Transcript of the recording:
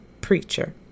preacher